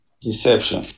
deception